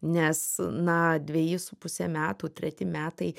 nes na dveji su puse metų treti metai